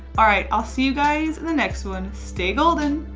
alright. i'll see you guys in the next one. stay golden!